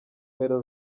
mpera